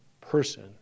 person